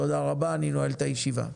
תודה רבה, אני נועל את הישיבה.